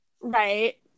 right